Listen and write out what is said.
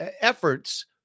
efforts